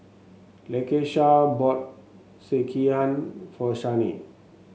Lakesha bought Sekihan for Shane